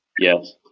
Yes